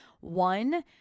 One